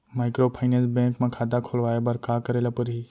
Microfinance bank म खाता खोलवाय बर का करे ल परही?